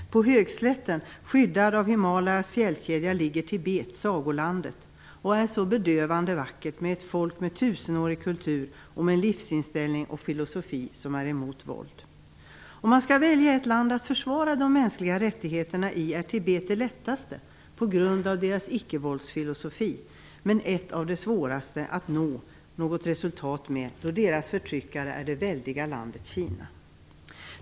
På högslätten skyddad av Himalayas fjällkedja ligger Tibet, sagolandet, som är så bedövande vackert med sitt folk med tusenårig kultur och med en livsinställning och filosofi som är mot våld. Om man skall välja ett land att försvara de mänskliga rättigheterna i är Tibet lättast på grund av dess icke-våldsfilosofi men ett av de svåraste när det gäller att nå resultat, då dess förtryckare är det väldiga landet Kina.